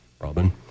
Robin